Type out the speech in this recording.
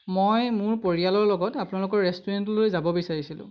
মই মোৰ পৰিয়ালৰ লগত আপোনালোকৰ ৰেষ্টুৰেণ্টলৈ যাব বিচাৰিছিলোঁ